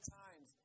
times